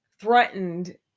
threatened